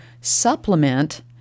supplement